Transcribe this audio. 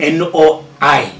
and all i